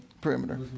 perimeter